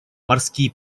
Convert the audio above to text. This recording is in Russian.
морские